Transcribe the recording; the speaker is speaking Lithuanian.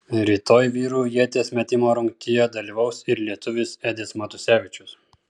rytoj vyrų ieties metimo rungtyje dalyvaus ir lietuvis edis matusevičius